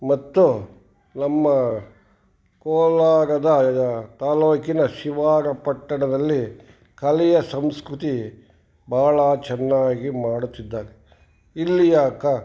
ಮತ್ತು ನಮ್ಮ ಕೋಲಾರದ ಇದು ತಾಲ್ಲೂಕಿನ ಶಿವಾಡ ಪಟ್ಟಣದಲ್ಲಿ ಕಲೆಯ ಸಂಸ್ಕೃತಿ ಭಾಳ ಚೆನ್ನಾಗಿ ಮಾಡುತ್ತಿದ್ದಾರೆ ಇಲ್ಲಿಯ ಕ